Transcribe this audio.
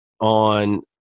on